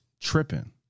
tripping